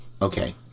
Okay